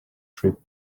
trip